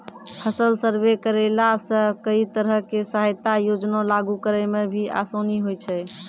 फसल सर्वे करैला सॅ कई तरह के सहायता योजना लागू करै म भी आसानी होय छै